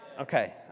Okay